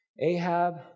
Ahab